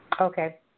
Okay